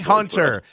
Hunter